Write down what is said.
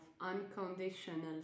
unconditional